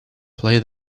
play